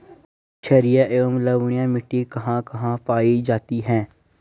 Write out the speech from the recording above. छारीय एवं लवणीय मिट्टी कहां कहां पायी जाती है?